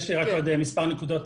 יש לי רק עוד מספר נקודות.